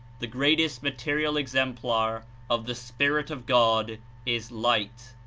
the greatest material exemplar of the spirit of god is light.